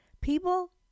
people